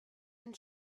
and